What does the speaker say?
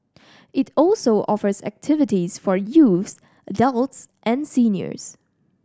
it also offers activities for youths adults and seniors